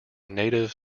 native